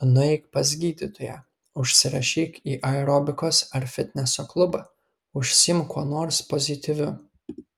nueik pas gydytoją užsirašyk į aerobikos ar fitneso klubą užsiimk kuo nors pozityviu